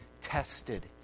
tested